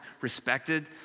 respected